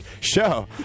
show